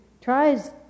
tries